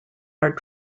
are